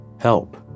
Help